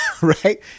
Right